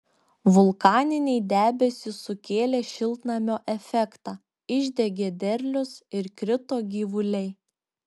vulkaniniai debesys sukėlė šiltnamio efektą išdegė derlius ir krito gyvuliai